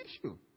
issue